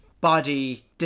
body